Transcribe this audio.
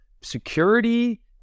security